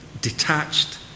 detached